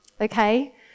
okay